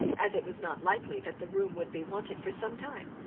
as it was not likely that the room would be wanted for some time.